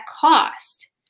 cost